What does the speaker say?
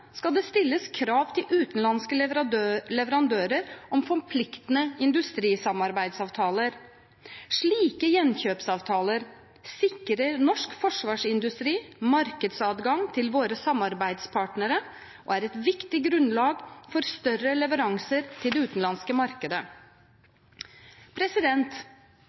skal det stilles krav til utenlandske leverandører om forpliktende industrisamarbeidsavtaler. Slike gjenkjøpsavtaler sikrer norsk forsvarsindustri markedsadgang til våre samarbeidspartnere og er et viktig grunnlag for større leveranser til det utenlandske markedet.